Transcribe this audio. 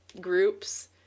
groups